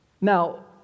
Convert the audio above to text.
Now